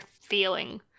feeling